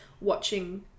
watching